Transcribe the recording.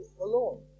alone